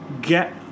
...get